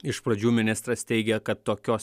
iš pradžių ministras teigė kad tokios